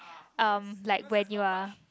um like when you are